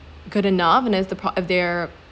good enough meaning is the part of their